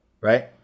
Right